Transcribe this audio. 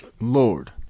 Lord